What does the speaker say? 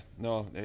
no